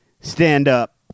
stand-up